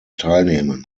teilnehmen